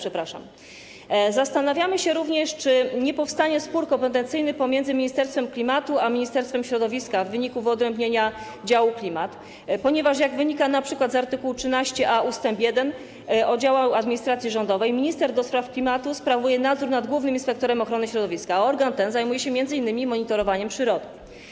Zastanawiamy się również, czy nie powstanie spór kompetencyjny pomiędzy Ministerstwem Klimatu a ministerstwem środowiska w wyniku wyodrębnienia działu klimat, ponieważ jak wynika np. z art. 13a ust. 1 ustawy o działach administracji rządowej, minister do spraw klimatu sprawuje nadzór nad głównym inspektorem ochrony środowiska, a organ ten zajmuje się m.in. monitorowaniem przyrody.